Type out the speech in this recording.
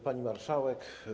Pani Marszałek!